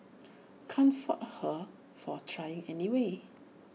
can't fault her for trying anyway